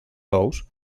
ous